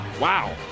Wow